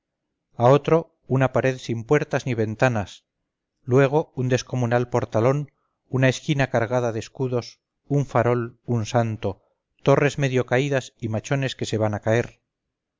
a otro una pared sin puertas ni ventanas luego un descomunal portalón una esquina cargada de escudos un farol un santo torres medio caídas y machones que se van a caer